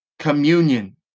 Communion